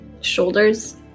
shoulders